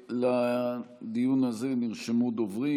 לדיון הזה נרשמו דוברים.